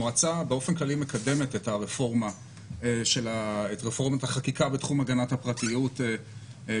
המועצה באופן כללי מקדמת את רפורמת החקיקה בתחום הגנת הפרטיות בברכה.